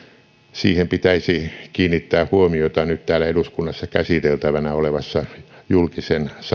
siihen pitäisi kiinnittää huomiota nyt täällä eduskunnassa käsiteltävänä olevassa julkisen